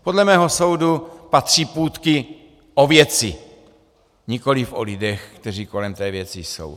Podle mého soudu patří půtky o věci, nikoliv o lidech, kteří kolem té věci jsou.